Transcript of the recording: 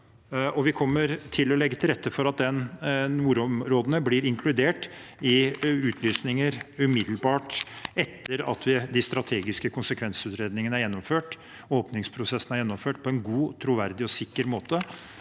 å legge til rette for at nordområdene blir inkludert i utlysninger umiddelbart etter at de strategiske konsekvensutredningene er gjennomført, åpningsprosessen er gjennomført, på en god, troverdig og sikker måte,